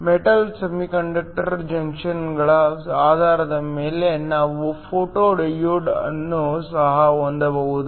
metal semiconductor ಜಂಕ್ಷನ್ಗಳ ಆಧಾರದ ಮೇಲೆ ನಾವು ಫೋಟೋ ಡಯೋಡ್ ಅನ್ನು ಸಹ ಹೊಂದಬಹುದು